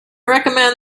recommend